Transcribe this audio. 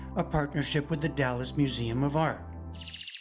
a partnership with the dallas museum of art.